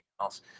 else